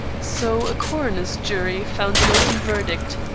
so a coroner's jury found an open verdict,